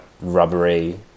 rubbery